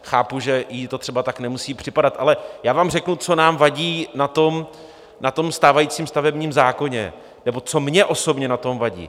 Chápu, že jí to třeba tak nemusí připadat, ale já vám řeknu, co nám vadí na stávajícím stavebním zákoně, nebo co mně osobně na tom vadí.